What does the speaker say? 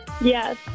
yes